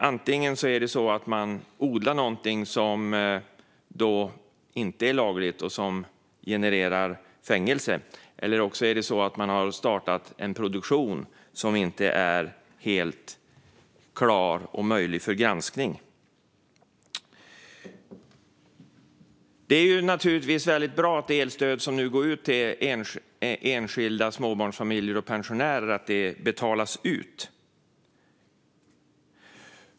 Antingen är det någon som odlar någonting som inte är lagligt och som genererar fängelse, eller också har någon startat en produktion som inte är helt klar och möjlig för granskning. Det är naturligtvis väldigt bra att det elstöd som går till enskilda småbarnsfamiljer och pensionärer nu betalas ut.